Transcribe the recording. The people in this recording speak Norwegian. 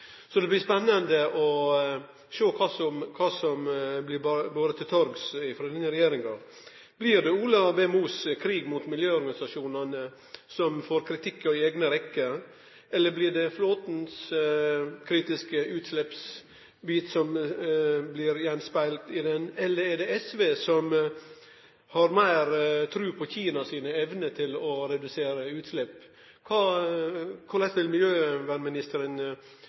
Så det blir spennande å sjå kva som blir bore til torgs frå denne regjeringa. Blir det Ola Borten Moes krig mot miljøorganisasjonane, som får kritikk i eigne rekkjer, blir det Flåthens kritiske utsleppsbit som blir gjenspegla i regjeringa, eller er det SV, som har meir tru på Kina sine evner til å redusere utslepp? Korleis vil miljøvernministeren